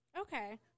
okay